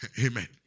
Amen